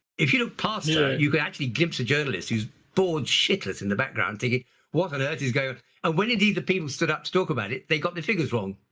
if you look past her you could actually glimpse a journalist who's bored shitless in the background thinking what on earth is going on. ah when indeed the people stood up to talk about it they got the figures wrong.